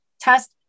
test